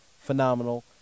Phenomenal